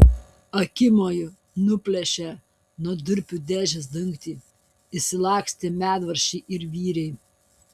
akimoju nuplėšė nuo durpių dėžės dangtį išsilakstė medvaržčiai ir vyriai